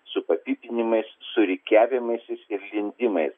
su papypinimais su rikiavimaisis ir lindimais